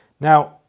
Now